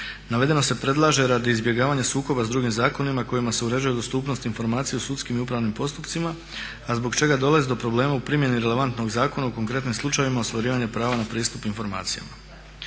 Navedeno se predlaže radi izbjegavanja sukoba s drugim zakonima kojima se uređuje dostupnost informacija o sudskim i upravnim postupcima, a zbog čega dolazi do problema u primjeni relevantnog zakona o konkretnim slučajevima ostvarivanje prava na pristup informacijama.